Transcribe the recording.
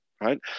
right